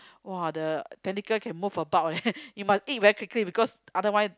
!wah! the tentacle can move about leh you must eat very quickly because otherwise